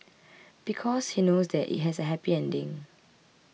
because he knows that it has a happy ending